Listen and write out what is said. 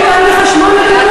חברת הכנסת תמר